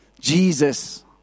Jesus